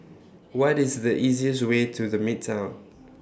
What IS The easiest Way to The Midtown